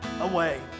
away